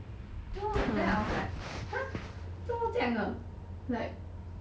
then hor then I was like !huh! 怎么这样的